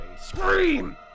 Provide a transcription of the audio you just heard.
scream